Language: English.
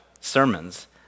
sermons